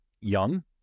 young